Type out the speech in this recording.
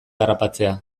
harrapatzea